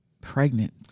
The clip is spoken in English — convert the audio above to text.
Pregnant